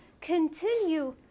continue